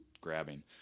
grabbing